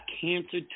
cancer